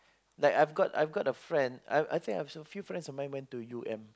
like I have got I have got a friend I I say I have so few friends who went to U_M